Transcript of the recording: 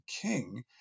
king